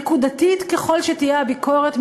נקודתית ככל שתהיה הביקורת,